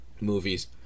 movies